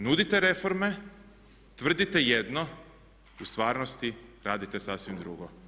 Nudite reforme, tvrdite jedno a u stvarnosti radite sasvim drugo.